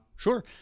Sure